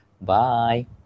Bye